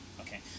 okay